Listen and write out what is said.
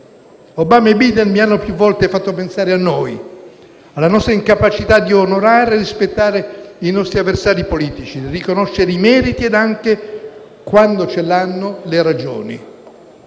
Obama e Biden mi hanno più volte fatto pensare a noi, alla nostra incapacità di onorare e rispettare i nostri avversari politici, di riconoscere i meriti e anche, quando ce l'hanno, le ragioni.